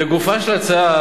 לגופה של ההצעה,